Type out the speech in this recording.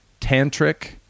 tantric